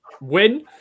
win